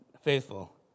faithful